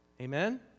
Amen